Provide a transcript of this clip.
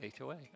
HOA